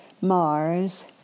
Mars